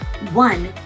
One